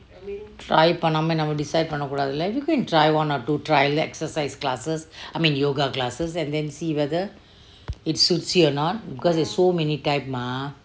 try பண்ணாம நாம:pannama naama decide பன்ன கூடாது ல:panna kuudathu le you can try one or two try exercise classes I mean yoga classes and then see whether it suits you or not because there's so many type mah